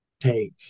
take